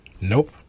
Nope